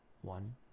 one